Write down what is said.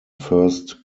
first